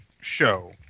show